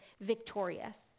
victorious